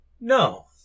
No